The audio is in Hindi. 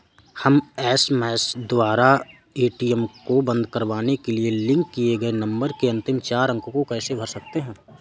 हम एस.एम.एस द्वारा ए.टी.एम को बंद करवाने के लिए लिंक किए गए नंबर के अंतिम चार अंक को कैसे भर सकते हैं?